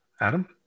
Adam